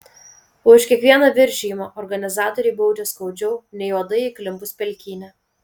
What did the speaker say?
o už kiekvieną viršijimą organizatoriai baudžia skaudžiau nei uodai įklimpus pelkyne